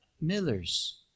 Miller's